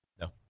no